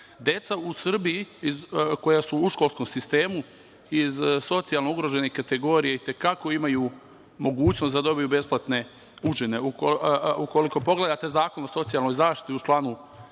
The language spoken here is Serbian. u Srbiji koja su u školskom sistemu iz socijalno ugroženih kategorija i te kako imaju mogućnost da dobiju besplatne užine. Ukoliko pogledate Zakon o socijalnoj zaštiti, u članu